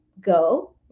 go